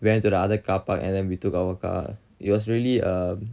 went to the other carpark and then we took our car it was really a